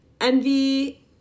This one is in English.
envy